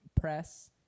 press